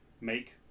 Make